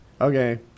Okay